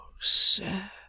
sir